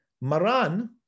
Maran